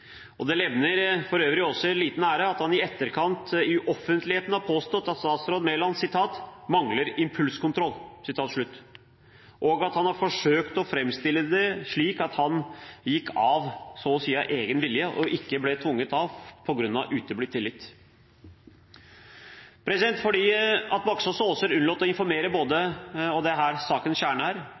styreleder. Det levner for øvrig Aaser liten ære at han i etterkant i offentligheten har påstått at statsråd Mæland viste «manglende impulskontroll», og at han har forsøkt å framstille det slik at han gikk av så å si av egen vilje og ikke ble tvunget til å gå av på grunn av uteblitt tillit. Fordi Baksaas og Aaser unnlot å informere – og her er sakens kjerne